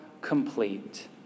complete